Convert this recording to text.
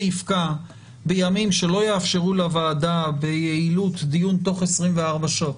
יפקע בימים שלא יאפשרו לוועדה ביעילות דיון תוך 24 שעות,